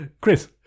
Chris